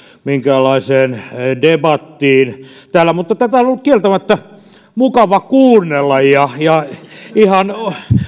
minkäänlaiseen debattiin täällä mutta tätä on ollut kieltämättä mukava kuunnella ja ja ihan